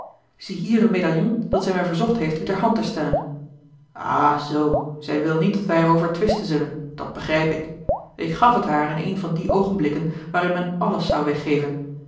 ziehier een medaillon dat zij mij verzocht heeft u ter hand te stellen ah zoo zij wil niet dat wij er over twisten zullen dat begrijp ik ik gaf het haar in een van die oogenbikken waarin men alles zou weggeven